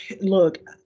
Look